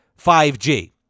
5G